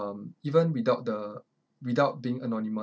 um even without the without being anonymous